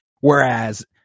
Whereas